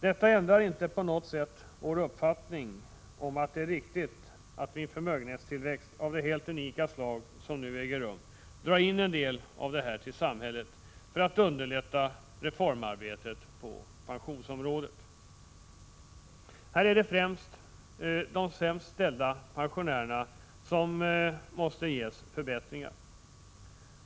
Detta ändrar inte på något sätt vår uppfattning att det är riktigt att vid en förmögenhetstillväxt av det helt unika slag som nu äger rum, dra in en del av avkastningen till samhället för att underlätta reformarbetet på pensionsområdet. Här är det främst de sämst ställda pensionärerna som måste få förbättringar.